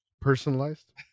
Personalized